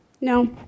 No